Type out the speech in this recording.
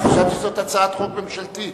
חשבתי שזאת הצעת חוק ממשלתית.